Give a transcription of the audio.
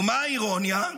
ומה האירוניה?